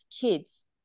kids